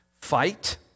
Fight